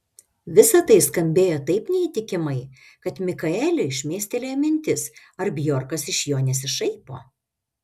visa tai skambėjo taip neįtikimai kad mikaeliui šmėstelėjo mintis ar bjorkas iš jo nesišaipo